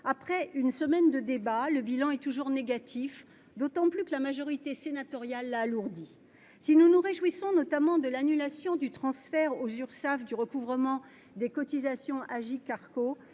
Après une semaine de débats, le bilan est toujours négatif, d'autant que la majorité sénatoriale l'a alourdi. Si nous nous réjouissons notamment de l'annulation du transfert à l'Urssaf du recouvrement des cotisations au